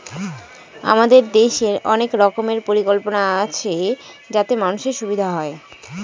আমাদের দেশের অনেক রকমের পরিকল্পনা আছে যাতে মানুষের সুবিধা হয়